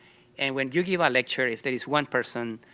and when you give a lecture if there is one person,